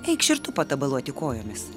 eikš ir tu patabaluoti kojomis